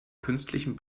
künstlichen